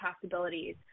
possibilities